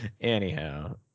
Anyhow